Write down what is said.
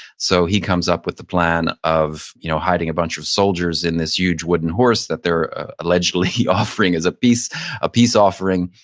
so he comes up with the plan of you know hiding a bunch of soldiers in this huge wooden horse that they're allegedly offering as a peace a peace offering.